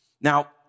Now